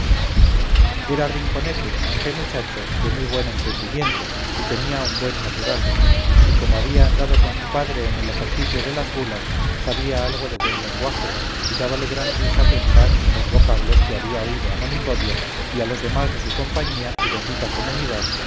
era rinconete aunque muchacho de muy buen entendimiento y tenía un buen natural y como había andado con su padre en el ejercicio de las bulas sabía algo de buen lenguaje y dábale gran risa pensar en los vocablos que había oído a monipodio y a los demás de su compañía y bendita comunidad